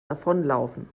davonlaufen